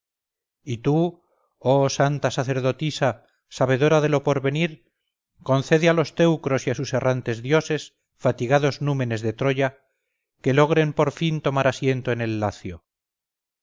y tú oh santa sacerdotisa sabedora de lo porvenir concede a los teucros y a sus errantes dioses fatigados númenes de troya que logren por fin tomar asiento en el lacio